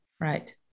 Right